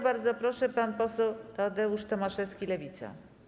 Bardzo proszę, pan poseł Tadeusz Tomaszewski, Lewica.